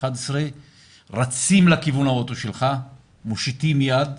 11 רצים לכיוון האוטו שלך, מושיטים יד,